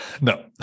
No